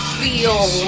feel